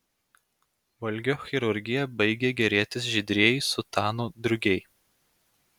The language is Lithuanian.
valgio chirurgija baigė gėrėtis žydrieji sutanų drugiai